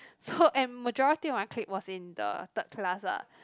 so and majority of my clique was in the third class ah